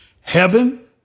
heaven